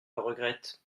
regrette